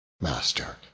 Master